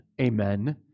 Amen